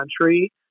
country